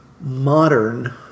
modern